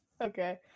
Okay